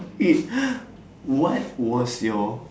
stop it what was your